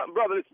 Brother